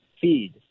feed